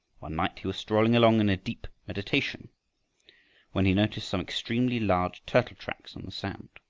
one night he was strolling along in deep meditation when he noticed some extremely large turtle tracks in the sand.